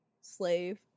slave